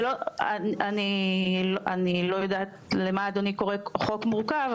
אני לא יודעת למה אדוני קורא חוק מורכב,